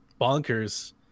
bonkers